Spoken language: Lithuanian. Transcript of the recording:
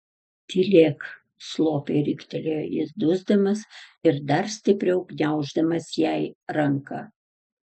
tylėk slopiai riktelėjo jis dusdamas ir dar stipriau gniauždamas jai ranką